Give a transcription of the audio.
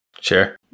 sure